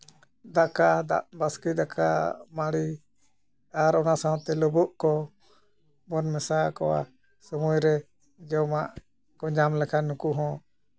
ᱫᱟᱠᱟ ᱫᱟᱜ ᱵᱟᱥᱠᱮ ᱫᱟᱠᱟ ᱢᱟᱹᱲᱤ ᱟᱨ ᱚᱱᱟ ᱥᱟᱶᱛᱮ ᱞᱩᱵᱩᱜ ᱠᱚ ᱵᱚᱱ ᱢᱮᱥᱟ ᱟᱠᱚᱣᱟ ᱥᱚᱢᱚᱭ ᱨᱮ ᱡᱚᱢᱟᱜ ᱠᱚ ᱧᱟᱢ ᱞᱮᱠᱷᱟᱱ ᱱᱩᱠᱩ ᱦᱚᱸ